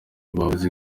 bavuze